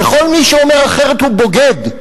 וכל מי שאומר אחרת הוא בוגד.